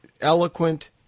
eloquent